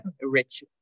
rich